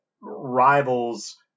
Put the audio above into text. rivals